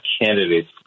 candidates